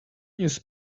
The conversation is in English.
news